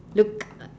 look